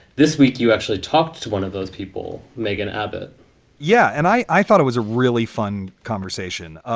this week, you actually talked to one of those people, megan abbott yeah. and i i thought it was a really fun conversation.